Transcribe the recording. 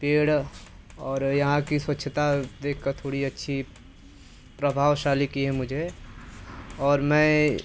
पेड़ और यहाँ कि स्वछता देखकर थोड़ी अच्छी प्रभावशाली की है मुझे और मैं